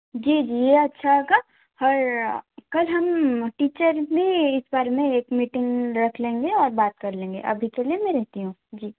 जी जी ये अच्छा होगा और कल हम टीचर्स भी इस बारे में एक मीटिंग रख लेंगे और बात कर लेंगे अभी के लिए मैं रखती हूँ जी